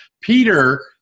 Peter